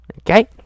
Okay